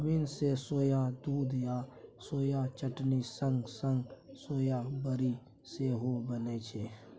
soybean सँ soya दुध आ सोया चटनी संग संग सोया बरी सेहो बनै छै